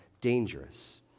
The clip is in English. dangerous